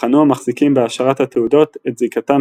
בחנו המחזיקים בהשערת התעודות את זיקתם